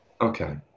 Okay